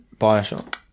Bioshock